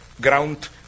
ground